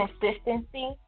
consistency